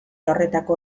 horretako